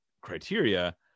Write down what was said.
criteria